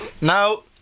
now